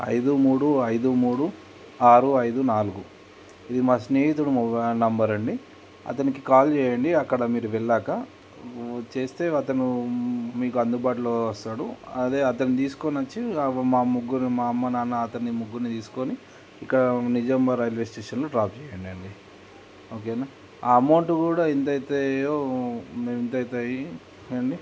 ఐదు మూడు ఐదు మూడు ఆరు ఐదు నాలుగు ఇది మా స్నేహితుడు మొబైల్ నెంబర్ అండి అతనికి కాల్ చేయండి అక్కడ మీరు వెళ్ళాక చేస్తే అతను మీకు అందుబాటులో వస్తాడు అదే అతను తీసుకొని వచ్చి మా ముగ్గురుని మా అమ్మ నాన్న అతని ముగ్గురుని తీసుకొని ఇక్కడ నిజామాబాద్ రైల్వే స్టేషన్లో డ్రాప్ చేయండండి ఓకేనా ఆ అమౌంట్ కూడా ఎంత అవుతాయో మేము ఇంత అవుతాయి అండి